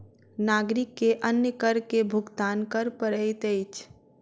नागरिक के अन्य कर के भुगतान कर पड़ैत अछि